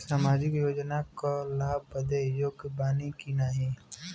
सामाजिक योजना क लाभ बदे योग्य बानी की नाही?